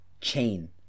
Chain